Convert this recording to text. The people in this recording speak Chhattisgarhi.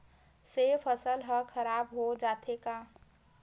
से फसल ह खराब हो जाथे का?